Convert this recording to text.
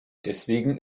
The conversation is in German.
deswegen